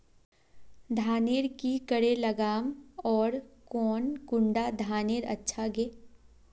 धानेर की करे लगाम ओर कौन कुंडा धानेर अच्छा गे?